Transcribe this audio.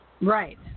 Right